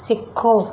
सिखो